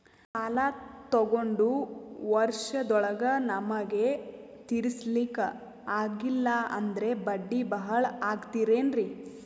ಸಾಲ ತೊಗೊಂಡು ವರ್ಷದೋಳಗ ನಮಗೆ ತೀರಿಸ್ಲಿಕಾ ಆಗಿಲ್ಲಾ ಅಂದ್ರ ಬಡ್ಡಿ ಬಹಳಾ ಆಗತಿರೆನ್ರಿ?